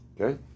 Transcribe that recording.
Okay